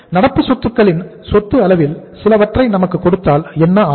நடப்பு சொத்துக்களின் சொத்துஅளவில் சிலவற்றை நமக்கு கொடுத்தால் என்ன ஆகும்